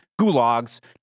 gulags